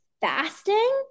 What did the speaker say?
fasting